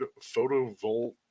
photovoltaic